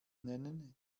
nennen